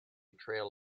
trail